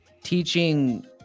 teaching